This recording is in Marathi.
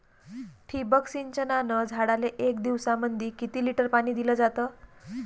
ठिबक सिंचनानं झाडाले एक दिवसामंदी किती लिटर पाणी दिलं जातं?